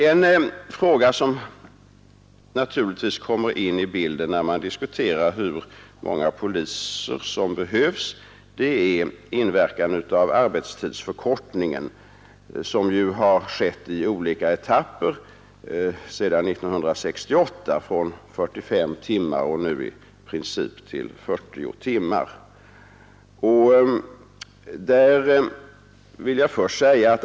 En fråga som naturligtvis kommer in i bilden när man diskuterar hur många poliser som behövs är inverkan av den arbetstidsförkortning som skett i olika etapper sedan 1968 från 45 timmar i veckan ned till nu i princip 40 timmar.